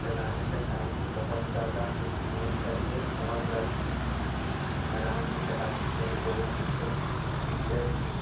चलाने का टाइम है बहुत ज़्यादा स्मूथ है वह बहुत ज़्यादा आराम से चला सकते हैं कोई भी उसके फीचर्स जो